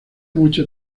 mucho